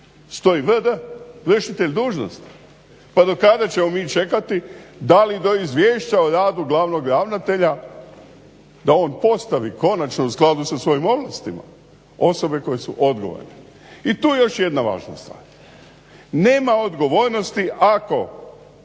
stoji vd, vršitelj dužnosti. Pa do kada ćemo mi čekati? Da li do izvješća o radu glavnog ravnatelja da on postavi konačno u skladu sa svojim ovlastima osobe koje su odgovorne? I tu je još jedna važna stvar. Nema odgovornosti ako